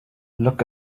look